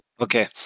Okay